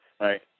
right